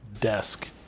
desk